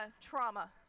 trauma